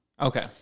Okay